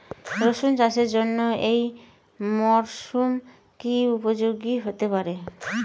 রসুন চাষের জন্য এই মরসুম কি উপযোগী হতে পারে?